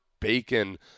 bacon